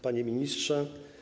Panie Ministrze!